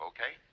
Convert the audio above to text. Okay